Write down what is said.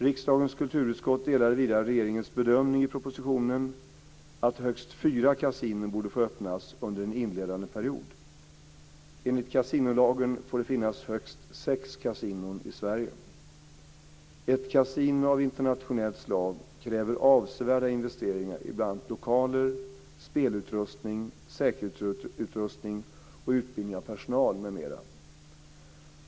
Riksdagens kulturutskott delade vidare regeringens bedömning i propositionen att högst fyra kasinon borde få öppnas under en inledande period. Enligt kasinolagen får det finnas högst sex kasinon i Sverige. Ett kasino av internationellt slag kräver avsevärda investeringar i bl.a. lokaler, spelutrustning, säkerhetsutrustning och utbildning av personal m.m.